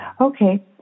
Okay